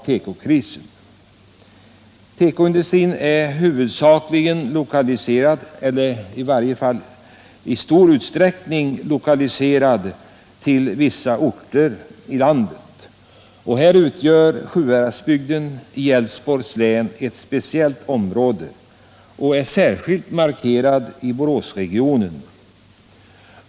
Tekoindu strin är i stor utsträckning lokaliserad till vissa orter i landet. Härvidlag utgör Sjuhäradsbygden i Älvsborgs län ett speciellt område. Särskilt gäller detta Boråsregionen.